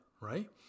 Right